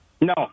No